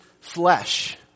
flesh